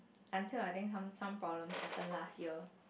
until I think some some problems happen last year